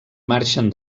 marxen